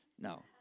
No